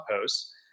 posts